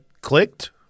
clicked